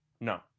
No